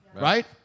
Right